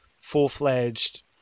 full-fledged